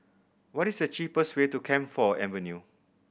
what is the cheapest way to Camphor Avenue